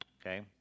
Okay